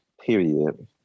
Period